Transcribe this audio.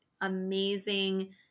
amazing